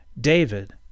David